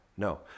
No